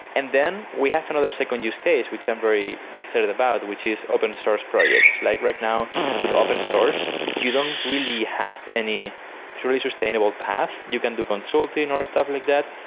and then we have another second use case, which i'm very excited about, which is open source projects. like right now with open source, you don't really have any truly sustainable path. you can do consulting or stuff like that,